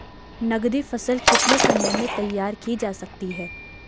नगदी फसल कितने समय में तैयार की जा सकती है?